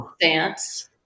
dance